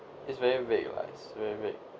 it's very vague lah it's very vague